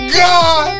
god